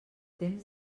temps